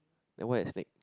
then why a snake